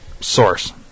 source